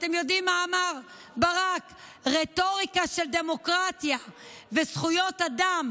אתם יודעים מה אמר ברק: "רטוריקה של דמוקרטיה וזכויות אדם